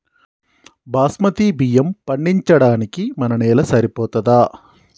బాస్మతి బియ్యం పండించడానికి మన నేల సరిపోతదా?